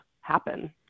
happen